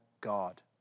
God